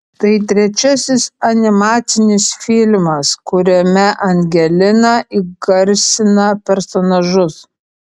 tai trečiasis animacinis filmas kuriame angelina įgarsina personažus